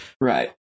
Right